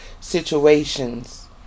situations